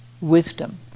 wisdom